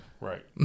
Right